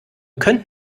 könnt